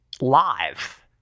live